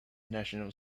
national